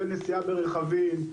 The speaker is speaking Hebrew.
כולל יציאה ברכבים,